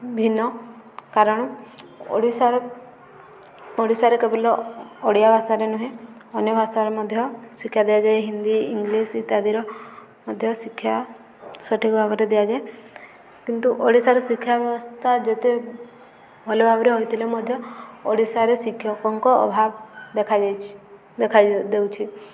ଭିନ୍ନ କାରଣ ଓଡ଼ିଶାର ଓଡ଼ିଶାରେ କେବଳ ଓଡ଼ିଆ ଭାଷାରେ ନୁହେଁ ଅନ୍ୟ ଭାଷାର ମଧ୍ୟ ଶିକ୍ଷା ଦିଆଯାଏ ହିନ୍ଦୀ ଇଂଲିଶ୍ ଇତ୍ୟାଦିର ମଧ୍ୟ ଶିକ୍ଷା ସଠିକ୍ ଭାବରେ ଦିଆଯାଏ କିନ୍ତୁ ଓଡ଼ିଶାର ଶିକ୍ଷା ବ୍ୟବସ୍ଥା ଯେତେ ଭଲ ଭାବରେ ହୋଇଥିଲେ ମଧ୍ୟ ଓଡ଼ିଶାରେ ଶିକ୍ଷକଙ୍କ ଅଭାବ ଦେଖାଯାଇଛି ଦେଖାଦେଉଛି